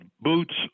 boots